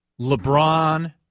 LeBron